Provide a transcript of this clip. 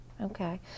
Okay